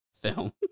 film